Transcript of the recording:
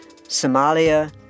Somalia